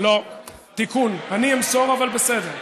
לא, תיקון, אני אמסור, אבל בסדר.